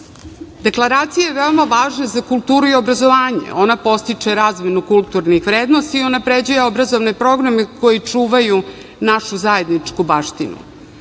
građana. Deklaracija je veoma važna za kulturu i obrazovanje. Ona podstiče razvoj kulturnih vrednosti i unapređuje obrazovne programe koji čuvaju našu zajedničku baštinu. Ovo